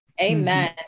Amen